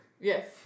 yes